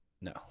no